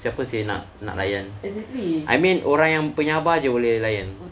siapa seh nak nak layan I mean orang yang penyabar jer boleh layan